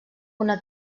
una